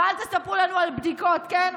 ואל תספרו לנו על בדיקות, כן?